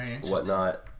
whatnot